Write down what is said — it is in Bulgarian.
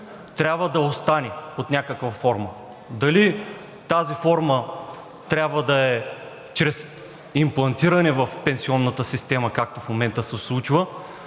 трябва да остане под някаква форма. Дали тази форма трябва да е чрез имплантиране в пенсионната система, както в момента се случва,